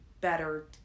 better